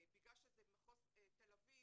בגלל שזה מחוז תל אביב,